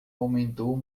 aumentou